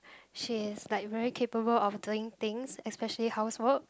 she's like very capable of doing things especially housework